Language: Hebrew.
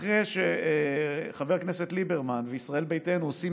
אחרי שחבר הכנסת ליברמן וישראל ביתנו עושים